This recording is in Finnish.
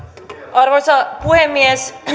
arvoisa puhemies